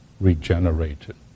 regenerated